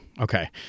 okay